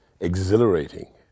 exhilarating